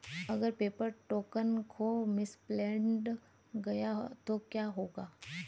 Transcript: अगर paper token खो misplaced गया तो क्या होगा?